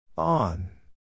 On